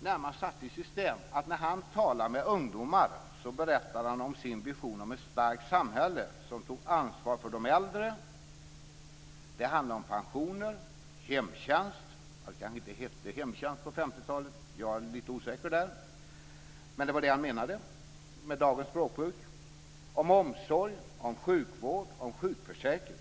närmast satte i system att, när han talade med ungdomar, berätta om sin vision om ett starkt samhälle som tog ansvar för de äldre. Det handlade om pensioner, om hemtjänst - jag är lite osäker på om det hette hemtjänst på 50 talet, men det var det han menade med dagens språkbruk - om omsorg, om sjukvård och om sjukförsäkring.